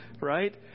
right